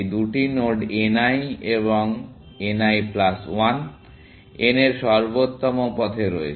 এই দুটি node n l এবং n l plus one n এর সর্বোত্তম পথে রয়েছে